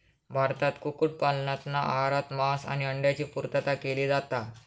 भारतात कुक्कुट पालनातना आहारात मांस आणि अंड्यांची पुर्तता केली जाता